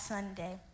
Sunday